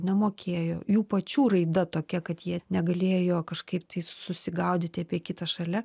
nemokėjo jų pačių raida tokia kad jie negalėjo kažkaip susigaudyti apie kitą šalia